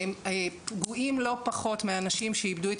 והם פגועים לא פחות מאנשים שאיבדו את